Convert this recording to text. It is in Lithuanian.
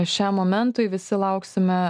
šiam momentui visi lauksime